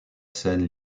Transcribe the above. scène